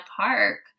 park